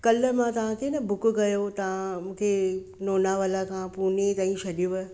कल्ह मां तव्हांखे न बुक कयो तव्हां मूंखे लोनावला खां पूने ताईं छॾियव